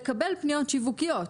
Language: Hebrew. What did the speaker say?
לקבל פניות שיווקיות.